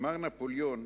אמר נפוליאון: